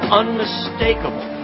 unmistakable